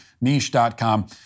niche.com